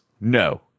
No